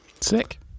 sick